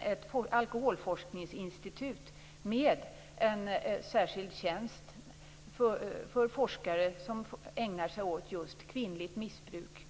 ett alkoholforskningsinstitut, med en särskild tjänst för forskare som ägnar sig åt just kvinnligt missbruk.